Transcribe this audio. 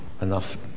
enough